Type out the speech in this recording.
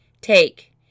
Take